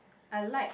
I like